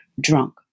drunk